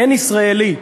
אין ישראלי,